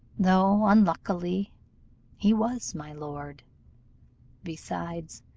though unluckily he was my lord besides,